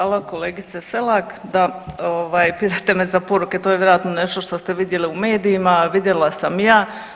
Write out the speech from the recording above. Hvala kolegice Selak, da ovaj pitate me za poruke, to je vjerojatno nešto što ste vidjeli u medijima, vidjela sam i ja.